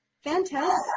Fantastic